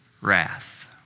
wrath